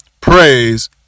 Praise